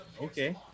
Okay